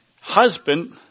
husband